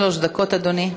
אדוני.